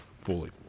fully